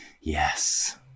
yes